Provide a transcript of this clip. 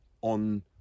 on